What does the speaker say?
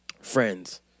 Friends